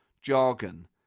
jargon